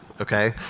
Okay